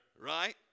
right